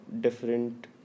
different